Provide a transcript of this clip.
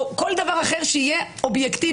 או כל דבר אחר שיהיה אובייקטיבי,